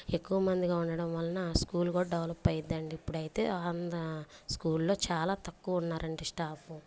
ఎక్కువ మందిగా ఉండడం వలన స్కూల్ కూడా డెవలప్ అయిద్దండి ఇప్పుడైతే స్కూల్లో చాలా తక్కువ ఉన్నారండి స్టాప్